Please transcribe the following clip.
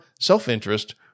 self-interest